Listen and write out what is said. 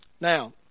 Now